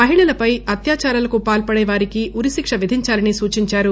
మహిళలపై అత్యాదారాలకు పాల్పడే వారికి ఉరిశిక్ష విధించాలని సూచించారు